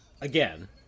Again